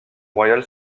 royale